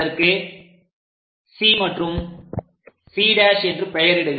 அதற்கு C மற்றும் C' என்று பெயரிடுக